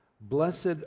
Blessed